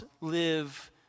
live